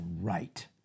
right